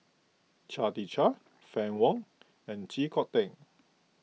Chia Tee Chiak Fann Wong and Chee Kong Tet